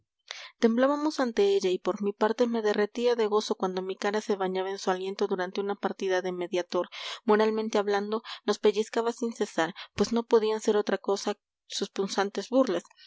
temblábamos ante ella y por mi parte me derretía de gozo cuando mi cara se bañaba en su aliento durante una partida de mediator moralmente hablando nos pellizcaba sin cesar pues no podían ser otra cosa sus punzantes burlas